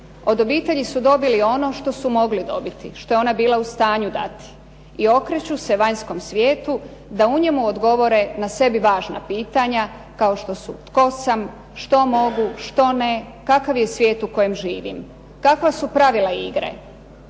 Od obitelji su dobili ono što su mogli dobiti, što je ona bila u stanju dati i okreću se vanjskom svijetu da u njemu odgovore na sebi važna pitanja kao što su, tko sam, što mogu, što ne, kakav je svijet u kojem živim, kakva su pravila igre?